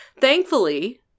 thankfully